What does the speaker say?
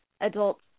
adults